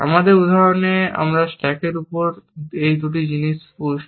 আমাদের উদাহরণে আমরা স্ট্যাকের উপর এই দুটি জিনিস পুসড